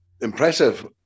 impressive